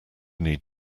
need